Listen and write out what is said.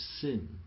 sin